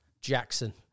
Jackson